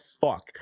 fuck